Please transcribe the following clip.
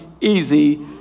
easy